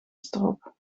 strop